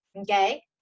okay